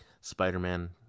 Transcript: spider-man